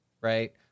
Right